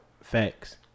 Facts